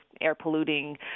air-polluting